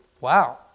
Wow